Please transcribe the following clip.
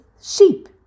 sheep